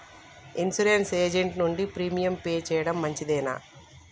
Insurance agent నుండి premium pay చేయడం మంచిదేనా?